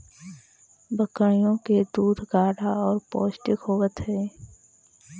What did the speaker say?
बकरियों के दूध गाढ़ा और पौष्टिक होवत हई